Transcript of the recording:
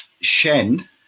Shen